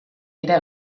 dira